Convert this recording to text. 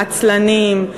עצלנים,